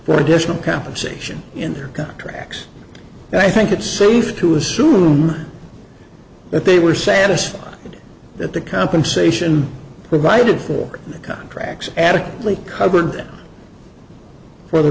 their additional compensation in their contracts and i think it's safe to assume that they were satisfied that the compensation we righted for their contracts adequately covered for the